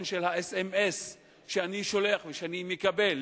של האס.אם.אס שאני שולח ושאני מקבל,